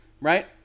right